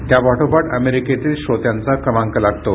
त्यापाठोपाठ अमेरिकेतील श्रोत्यांचा क्रमांक लागतो